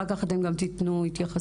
אחר כך אתם גם תיתנו התייחסות.